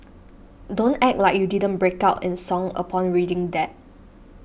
don't act like you didn't break out in song upon reading that